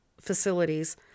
facilities